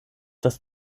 dass